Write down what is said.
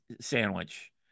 sandwich